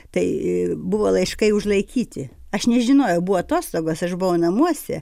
tai buvo laiškai užlaikyti aš nežinojau buvo atostogos aš buvau namuose